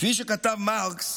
כפי שכתב מרקס